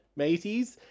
mateys